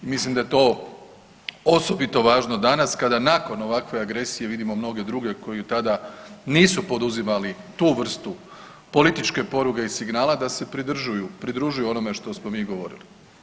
Mislim da je to osobito važno danas kada nakon ovakve agresije vidimo mnoge druge koji tada nisu poduzimali tu vrstu političke poruke i signala da se pridružuju onome što smo mi govorili.